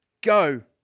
Go